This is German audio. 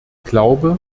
glaube